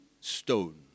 stone